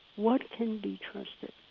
what can be trusted?